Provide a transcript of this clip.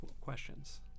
questions